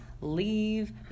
leave